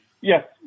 Yes